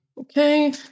Okay